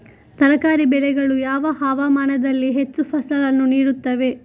ತರಕಾರಿ ಬೆಳೆಗಳು ಯಾವ ಹವಾಮಾನದಲ್ಲಿ ಹೆಚ್ಚು ಫಸಲನ್ನು ನೀಡುತ್ತವೆ?